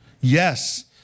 Yes